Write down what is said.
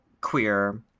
queer